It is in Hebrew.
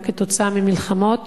גם כתוצאה ממלחמות,